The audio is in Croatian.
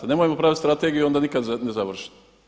Nemojmo praviti strategiju onda nikada ne završiti.